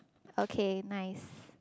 okay nice